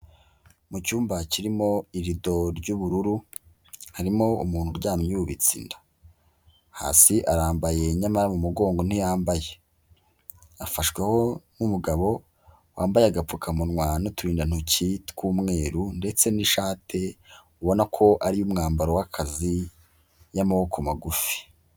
Mu cyumba kirimo irido ry'ubururu, harimo umuntu uryamye yubitse inda. Hasi arambaye nyamara mu mugongo ntiyambaye. Afashweho n'umugabo wambaye agapfukamunwa n'uturindantoki tw'umweru ndetse n'ishati ubona ko ari iy'umwambaro w'akazi y'amaboko magufi.